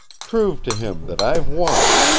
prove to him that i've won.